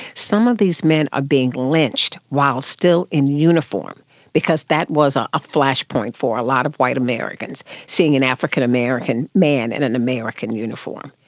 some of these men are being lynched while still in uniform because that was ah a flashpoint for a lot of white americans, seeing an african american man in an american uniform,